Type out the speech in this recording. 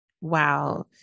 Wow